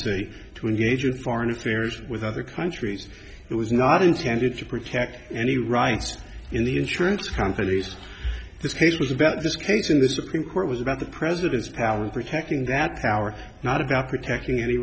diplomacy to engage in foreign affairs with other countries it was not intended to protect any rights in the insurance companies this case was about this case in the supreme court was about the president's power protecting that power not about protecting any